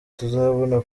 tuzabona